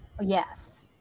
Yes